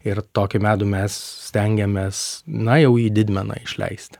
ir tokį medų mes stengiamės na jau į didmeną išleisti